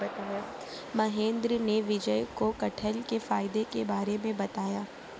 महेंद्र ने विजय को कठहल के फायदे के बारे में बताया